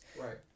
Right